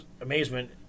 amazement